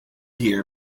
here